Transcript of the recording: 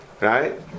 Right